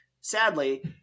sadly